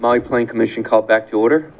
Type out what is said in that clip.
my point commission called back to order